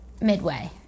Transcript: midway